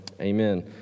Amen